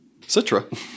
Citra